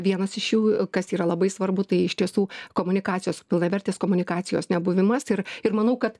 vienas iš jų kas yra labai svarbu tai iš tiesų komunikacijos pilnavertės komunikacijos nebuvimas ir ir manau kad